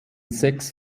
sechs